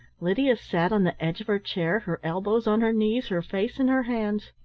lydia sat on the edge of her chair, her elbows on her knees, her face in her hands.